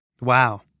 Wow